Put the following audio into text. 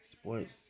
Sports